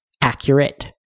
accurate